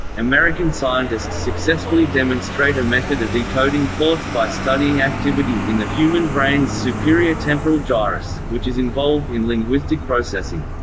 american scientists successfully demonstrate a method of decoding thoughts by studying activity in the human brain's superior temporal gyrus, which is involved in linguistic processing.